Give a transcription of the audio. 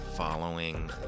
following